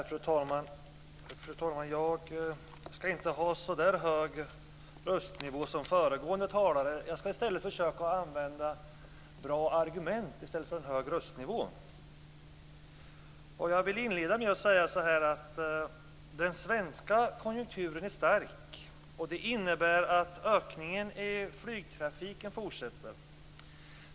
Fru talman! Jag ska inte ha en så hög röstnivå som föregående talare. Jag ska försöka använda bra argument i stället för en hög röstnivå. Jag vill inleda med att säga att den svenska konjunkturen är stark. Det innebär att ökningen i flygtrafiken fortsätter.